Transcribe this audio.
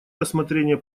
рассмотрение